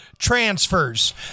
transfers